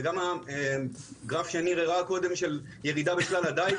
גם הגרף שניר הראה קודם על ירידה בשלל הדיג,